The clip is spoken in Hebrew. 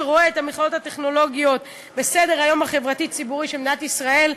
שרואה את המכללות הטכנולוגיות בסדר-היום החברתי-ציבורי של מדינת ישראל.